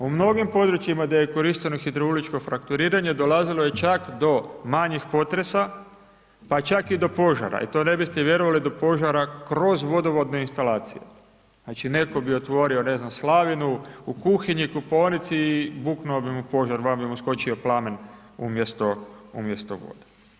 U mnogim područjima gdje je korišteno hidrauličko frakturiranje dolazilo je čak do manjih potresa, pa čak i do požara, i to ne biste vjerovali do požara kroz vodovodne instalacije, znači netko bi otvorio, ne znam slavinu u kuhinji, kupaonici i buknuo bi mu požar, van bi mu skočio plamen umjesto vode.